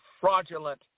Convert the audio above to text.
fraudulent